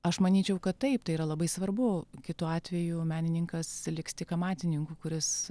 aš manyčiau kad taip tai yra labai svarbu kitu atveju menininkas liks tik amatininku kuris